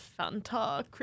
Fanta